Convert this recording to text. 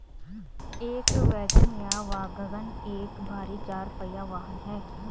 एक वैगन या वाग्गन एक भारी चार पहिया वाहन है